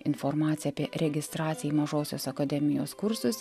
informacija apie registraciją į mažosios akademijos kursus